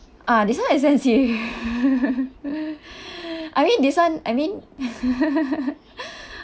ah this one expensive I mean this one I mean